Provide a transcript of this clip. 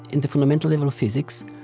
in the fundamental level of physics?